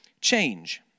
Change